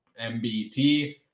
MBT